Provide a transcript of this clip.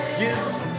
gives